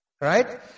Right